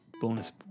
Bonus